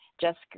Jessica